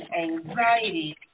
anxiety